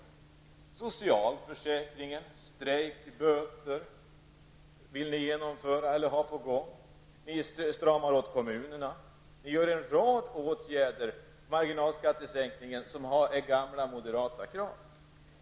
Det gäller förändringarna inom socialförsäkringen, och det gäller det ni har på gång rörande strejkböter. Ni stramar åt för kommunerna, och ni vidtar en rad åtgärder, exempelvis marginalskattesänkningen, som är gamla moderata krav.